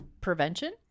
prevention